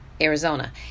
arizona